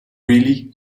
really